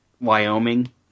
Wyoming